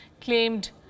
claimed